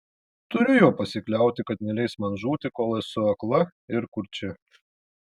turiu juo pasikliauti kad neleis man žūti kol esu akla ir kurčia